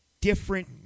different